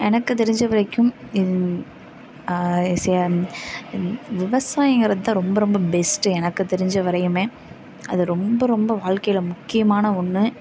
எனக்கு தெரிஞ்ச வரைக்கும் இது விவசாயங்கறதுதான் ரொம்ப ரொம்ப பெஸ்ட்டு எனக்கு தெரிஞ்ச வரையுமே அது ரொம்ப ரொம்ப வாழ்க்கையில் முக்கியமான ஒன்று